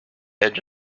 edge